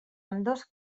ambdós